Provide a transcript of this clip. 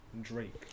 Drake